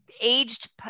aged